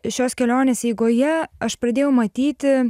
šios kelionės eigoje aš pradėjau matyti